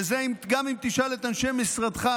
וזה גם אם תשאל את אנשי משרדך,